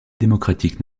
démocratique